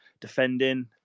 defending